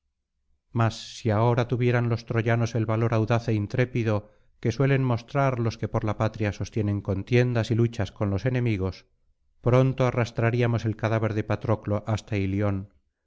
mas si ahora tuvieran los troyanos el valor audaz é intrépido que suelen mostrar los que por la patria sostienen contiendas y luchas con los enemigos pronto arrastraríamos el cadáver de patroclo hasta ilion